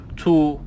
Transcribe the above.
two